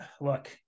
look